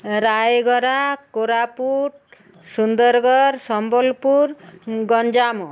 Rayagada Koraput Sundargarh Sambalpur Ganjam